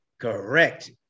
Correct